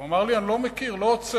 הוא אמר לי, אני לא מכיר, לא הוצאנו.